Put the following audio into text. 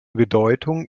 bedeutung